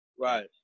Right